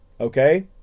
Okay